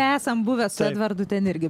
esam buvę su edvardu ten irgi